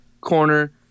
corner